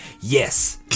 yes